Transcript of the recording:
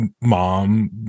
mom